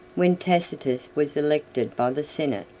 when tacitus was elected by the senate,